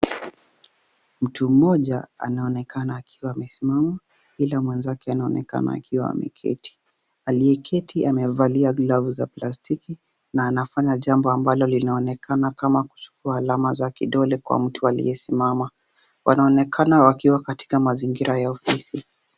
Mtu mmoja anaonekana akiwa amesimama ila mwenzake anaonekana akiwa ameketi. Aliyeketi amevalia glavu za plastiki na anafanya jambo ambalo linaonekana kama kuchukua alama za kidole kwa mtu aliyesimama. Wanaonekana wakiwa katika mazingira ya ofisi.